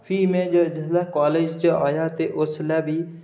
फ्ही मैं जिसलै कालज च आया ते उसलै बी